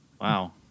Wow